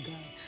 God